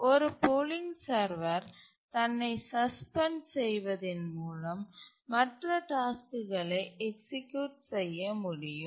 ஒரு polling server தன்னை suspend செய்வதின் மூலம் மற்ற டாஸ்க்குகளை எக்சீக்யூட் செய்ய முடியும்